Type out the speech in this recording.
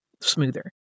smoother